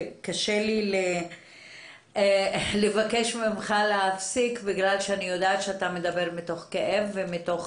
קשה לי לבקש ממך להפסיק בגלל שאני יודעת שאתה מדבר מתוך כאב ומתוך